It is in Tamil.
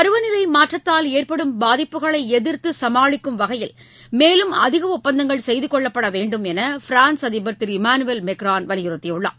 பருவநிலை மாற்றத்தால் ஏற்படும் பாதிப்புகளை எதிர்த்து சமாளிக்கும் வகையில் மேலும் அதிக ஒப்பந்தங்கள் செய்து கொள்ளப்பட வேண்டுமென்று பிரான்ஸ் அதிபர் திரு இமானுவேல் மெக்ரான் வலியுறுத்தியுள்ளார்